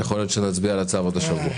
יכול להיות שנצביע על הצו עוד השבוע.